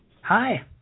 Hi